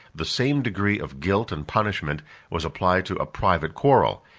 the same degree of guilt and punishment was applied to a private quarrel,